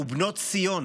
/ ובנות ציון,